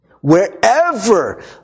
Wherever